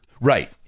Right